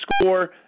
score